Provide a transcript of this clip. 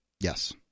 Yes